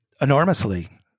enormously